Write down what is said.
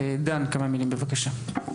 דן אילוז, בבקשה.